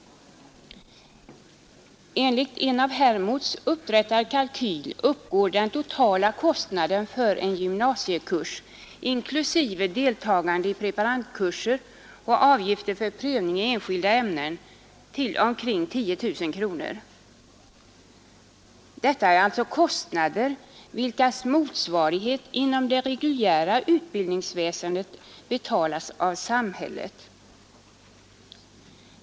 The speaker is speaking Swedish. Enligt en av Hermods upprättad kalkyl uppgår den totala kostnaden för en gymnasiekurs inklusive deltagande i preparandkurser och avgifter för prövning i enskilda ämnen till omkring 10 000 kronor. Detta är alltså kostnader vilkas motsvarighet inom det reguljära utbildningsväsendet betalas av samhället.